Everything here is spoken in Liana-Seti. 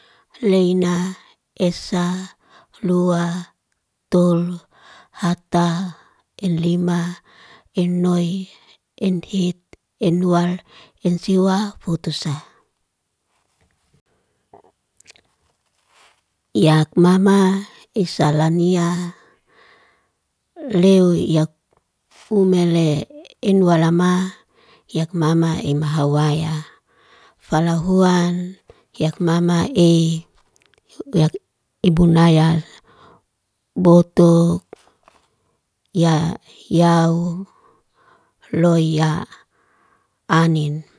Leina, esa, lua, tol, hata, enlima. Ennoi, enhit, enwal, ensiwa, futusa. yakmama esalania leo yak umele enwalama, yakmama imhawaya falahuan yakmamae yak ibunaya botuk ya yao loy ya anin.